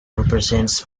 represents